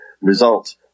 result